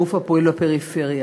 הגוף הפועל בפריפריה.